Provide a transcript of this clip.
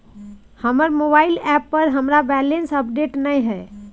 हमर mobile app पर हमरा बैलेंस अपडेट नय हय